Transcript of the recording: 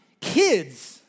kids